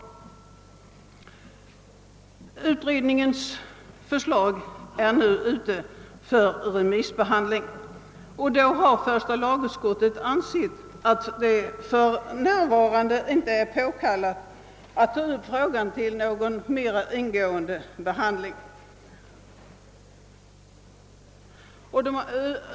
Utredningens förslag är nu ute för remissbehandling. Första lagutskottet har därför ansett att det för närvarande icke är påkallat att ta upp frågan till någon mera ingående behandling.